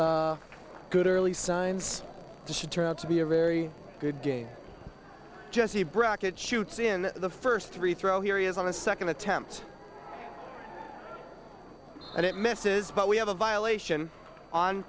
basket good early signs should turn out to be a very good game jesse brackett shoots in the first three throw here he is on a second attempt and it misses but we have a violation on